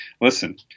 listen